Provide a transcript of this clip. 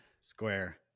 square